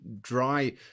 dry